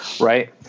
Right